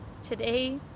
Today